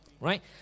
right